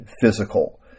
physical